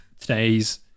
today's